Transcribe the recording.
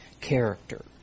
character